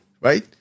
right